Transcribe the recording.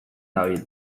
dabil